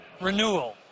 renewal